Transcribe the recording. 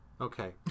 Okay